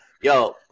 Yo